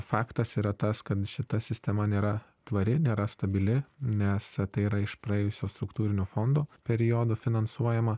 faktas yra tas kad šita sistema nėra tvari nėra stabili nes tai yra iš praėjusio struktūrinių fondų periodu finansuojama